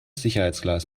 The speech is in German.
sicherheitsglas